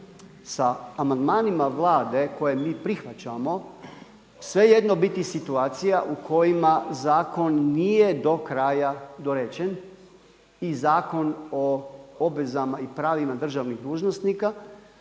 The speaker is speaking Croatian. sa amandmanima Vlade koje mi prihvaćamo svejedno biti situacija u kojima zakon nije do kraja dorečen i Zakon o obvezama i pravima državnih dužnosnika.